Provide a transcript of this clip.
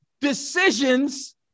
decisions